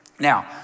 Now